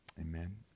amen